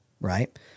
right